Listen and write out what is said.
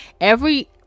every-